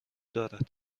دارد